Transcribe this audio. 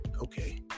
Okay